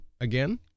Again